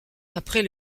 après